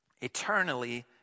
eternally